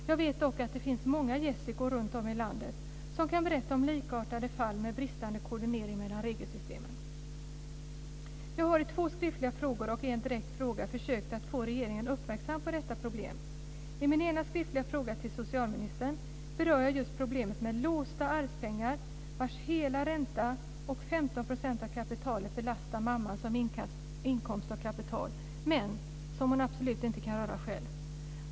Jag vet dock att det finns många "Jessicor" runtom i landet som kan berätta om likartade fall med bristande koordinering mellan regelsystemen. Jag har i två skriftliga frågor och en direkt fråga försökt att få regeringen uppmärksam på detta problem. I min ena skriftliga fråga till socialministern berör jag just problemet med låsta arvspengar vars hela ränta och 15 % av kapitalet belastar mamman som inkomst av kapital men som hon absolut inte kan röra själv.